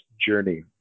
journey